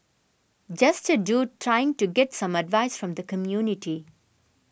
just a dude trying to get some advice from the community